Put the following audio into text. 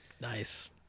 Nice